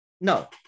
No